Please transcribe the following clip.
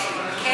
יש לי, כן.